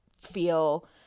feel